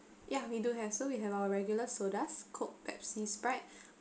ya we do have so we have our regular sodas coke Pepsi Sprite